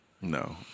No